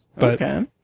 Okay